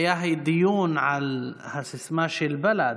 היה דיון על הסיסמה של בל"ד: